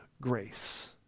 grace